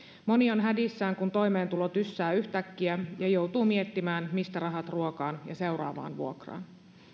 moni on hädissään kun toimeentulo tyssää yhtäkkiä ja joutuu miettimään mistä rahat ruokaan ja seuraavaan vuokraan